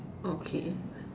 okay